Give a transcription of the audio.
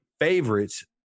favorites